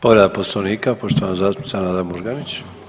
Povreda Poslovnika poštovana zastupnica Nada Murganić.